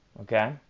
Okay